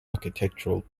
architectural